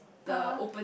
(uh huh)